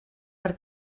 per